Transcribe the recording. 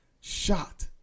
shot